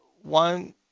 one